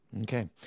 Okay